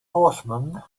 horseman